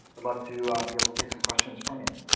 i'd love to be able to take some questions from you.